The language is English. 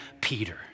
Peter